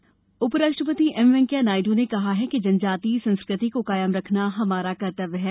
आदि महोत्सव उपराष्ट्रपति वैंकेया नायडू ने कहा है कि जनजातीय संस्कृति को कायम रखना हमारा कर्तव्य है